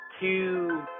two